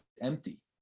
empty